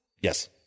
yes